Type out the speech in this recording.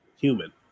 human